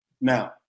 Now